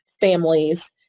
families